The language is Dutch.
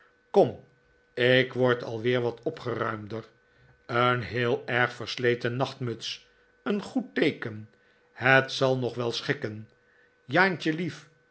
kom ik word al weer wat opgeruimder een heel erg versleten nachtmuts een goed teeken het zal nog wel schikken jaantje lief